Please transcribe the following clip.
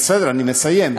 בסדר, אני מסיים.